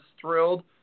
thrilled